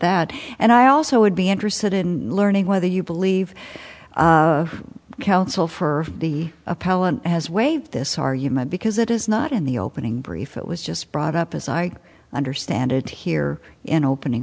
that and i also would be interested in learning whether you believe counsel for the appellant has waived this argument because it is not in the opening brief it was just brought up as i understand it here in opening